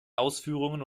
ausführungen